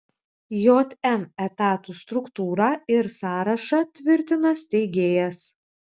jm etatų struktūrą ir sąrašą tvirtina steigėjas